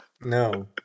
No